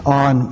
on